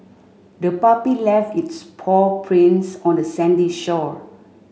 the puppy left its paw prints on the sandy shore